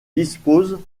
disposent